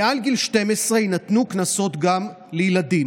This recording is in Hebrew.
מעל גיל 12 יינתנו קנסות גם לילדים.